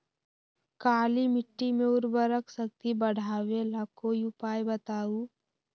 काली मिट्टी में उर्वरक शक्ति बढ़ावे ला कोई उपाय बताउ?